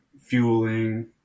fueling